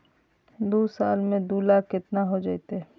दू साल में दू लाख केतना हो जयते?